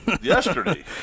yesterday